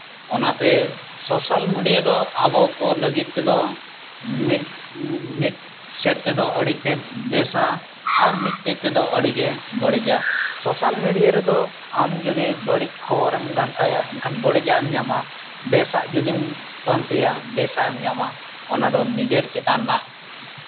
ᱚᱱᱟᱛᱮ social media ᱫᱚ ᱟᱵᱚ ᱠᱚ ᱞᱟᱹᱜᱤᱫ ᱛᱮᱫᱚ ᱢᱤᱫ ᱢᱤᱫ ᱥᱮᱫ ᱛᱮᱫᱚ ᱟᱹᱰᱤ ᱛᱮᱫ ᱵᱮᱥᱟ ᱟᱨ ᱢᱤᱫ ᱥᱮᱫ ᱛᱮᱫᱚ ᱟᱹᱰᱤᱜᱮ ᱵᱟᱹᱲᱤᱡᱼᱟ ᱥᱳᱥᱟᱞ ᱢᱤᱰᱤᱭᱟ ᱨᱮᱫᱚ ᱟᱢ ᱡᱩᱫᱤ ᱵᱟᱹᱲᱤᱡ ᱠᱷᱚᱵᱚᱨᱮᱢ ᱜᱷᱟᱱᱴᱟᱭᱟ ᱮᱱᱠᱷᱟᱱ ᱵᱟᱹᱲᱤᱡᱟᱜ ᱮᱢ ᱧᱟᱢᱟ ᱵᱮᱥᱟᱜ ᱡᱩᱫᱤᱢ ᱯᱟᱱᱛᱮᱭᱟ ᱵᱮᱥᱟᱜ ᱮᱢ ᱧᱟᱢᱟ ᱚᱱᱟ ᱫᱚ ᱱᱤᱡᱮᱨ ᱪᱮᱛᱟᱱ ᱨᱮᱱᱟᱜ